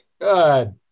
Good